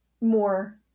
more